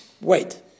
wait